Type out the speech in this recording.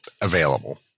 available